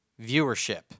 viewership